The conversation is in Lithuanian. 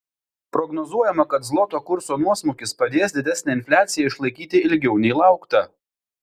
prognozuojama kad zloto kurso nuosmukis padės didesnę infliaciją išlaikyti ilgiau nei laukta